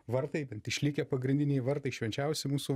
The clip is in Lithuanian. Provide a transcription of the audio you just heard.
vartai bent išlikę pagrindiniai vartai švenčiausi mūsų